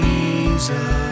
Jesus